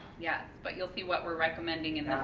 yes, but you'll see what we're recommending in